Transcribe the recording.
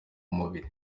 mubiri